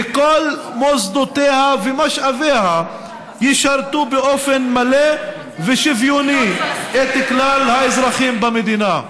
וכל מוסדותיה ומשאביה ישרתו באופן מלא ושוויוני את כלל האזרחים במדינה.